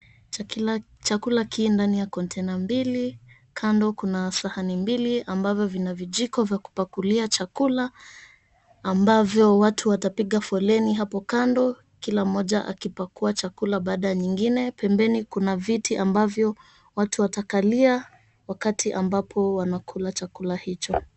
Chakula, ndani ya container mbili, kando kuna sahani mbili, ambavyo vina vijiko vya kupakulia chakula, ambavyo watu watapiga foleni hapo kando, kila mmoja akipakua chakula baada ya mwingine. Pembeni kuna viti ambavyo watu watakalia wakati ambapo wanakula chakula hicho.